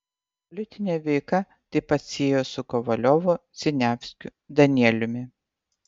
politinė veika taip pat siejo su kovaliovu siniavskiu danieliumi